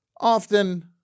Often